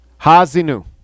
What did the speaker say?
Hazinu